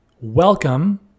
welcome